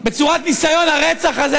בצורת ניסיון הרצח הזה,